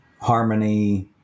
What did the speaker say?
harmony